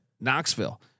Knoxville